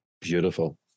Beautiful